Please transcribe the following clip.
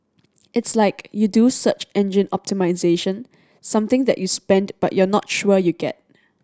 it's like you do search engine optimisation something that you spend but you're not sure you get